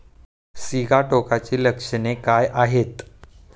सिगाटोकाची लक्षणे काय आहेत?